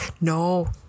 no